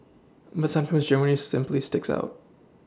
but sometimes Germany simply sticks out